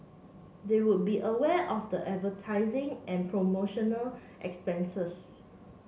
they would be aware of the advertising and promotional expenses